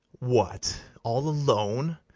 what, all alone!